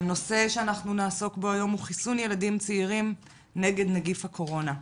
הנושא שנעסוק בו היום הוא חיסון ילדים צעירים נגד נגיף הקורונה.